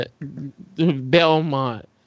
Belmont